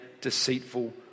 deceitful